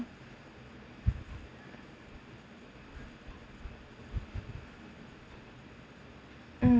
mm